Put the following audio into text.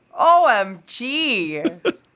OMG